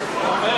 מרצ להביע